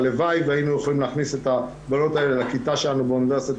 הלוואי והיינו יכולים להכניס את הבנות האלה לכיתה שלנו באוניברסיטה,